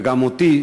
וגם אני,